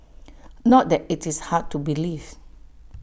not that IT is hard to believe